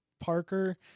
parker